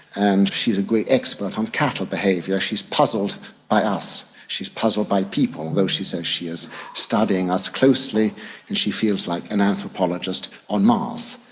and she's a great expert on cattle behaviour. she's puzzled by us, she's puzzled by people, although she says is studying us closely and she feels like an anthropologist on mars.